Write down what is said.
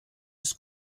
ist